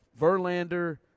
Verlander